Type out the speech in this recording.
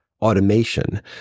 automation